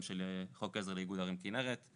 אבל